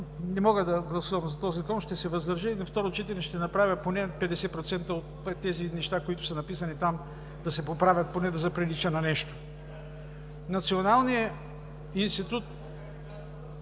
Не мога да гласувам за този закон. Ще се въздържа и на второ четене ще направя поне 50% от тези неща, които са написани там, да се поправят, поне за да заприлича на нещо. Националният институт